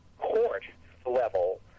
court-level